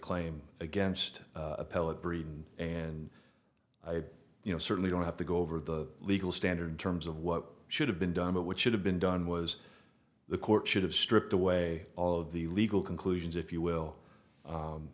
claim against appellate breed and i you know certainly don't have to go over the legal standard terms of what should have been done but what should have been done was the court should have stripped away all of the legal conclusions if you will